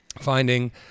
finding